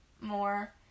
more